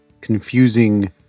confusing